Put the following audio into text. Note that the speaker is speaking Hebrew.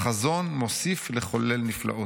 החזון מוסיף לחולל נפלאות.